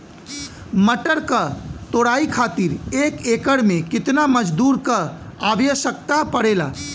मटर क तोड़ाई खातीर एक एकड़ में कितना मजदूर क आवश्यकता पड़ेला?